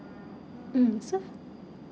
mm so